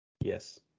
yes